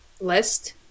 list